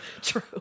true